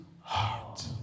heart